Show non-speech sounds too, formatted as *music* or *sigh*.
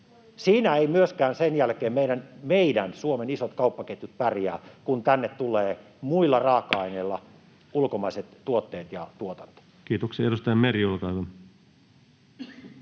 Siinä eivät myöskään sen jälkeen meidän — meidän — Suomen isot kauppaketjut pärjää, kun tänne tulee, muilla raaka-aineilla, *noise* ulkomaiset tuotteet ja tuotanto. Kiitoksia. — Edustaja Meri, olkaa